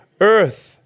earth